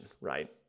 right